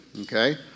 okay